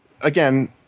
again